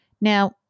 Now